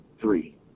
Three